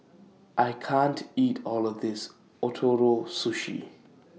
I can't eat All of This Ootoro Sushi